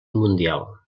mundial